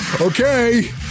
Okay